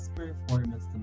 performance